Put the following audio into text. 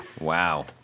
Wow